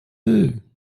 œufs